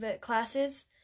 classes